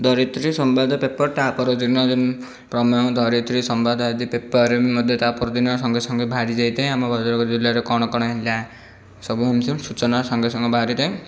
ଧରିତ୍ରୀ Sambad paper ତା'ପରଦିନ ପ୍ରମେୟ ଧରିତ୍ରୀ ସମ୍ବାଦ ଆଦି ପେପର୍ରେ ମଧ୍ୟ ତା'ପରଦିନ ସଙ୍ଗେ ସଙ୍ଗେ ବାହାରି ଯାଇଥାଏ ଆମ ଭଦ୍ରକ ଜିଲ୍ଲାରେ କ'ଣ କ'ଣ ହେଲା ସବୁ ସୂଚନା ସଙ୍ଗେ ସଙ୍ଗେ ବାହାରିଥାଏ